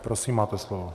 Prosím, máte slovo.